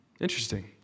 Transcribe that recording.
Interesting